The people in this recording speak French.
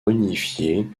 réunifié